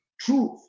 truth